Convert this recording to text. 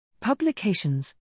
Publications